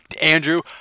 Andrew